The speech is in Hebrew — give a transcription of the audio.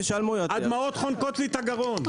הדמעות חונקות לי את הגרון...